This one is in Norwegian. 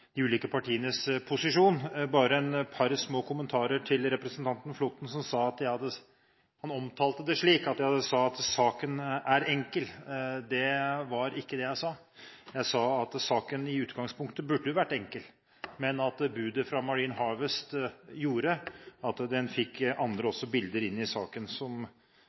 de ulike partienes posisjoner. Jeg har bare et par små kommentarer til representanten Flåtten. Han omtalte det slik at jeg sa at saken er enkel. Det var ikke det jeg sa. Jeg sa at saken i utgangspunktet burde vært enkel, men at budet fra Marine Harvest gjorde at man fikk andre elementer inn i saken